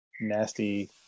nasty